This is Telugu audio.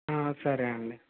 సరే అండి